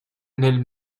nel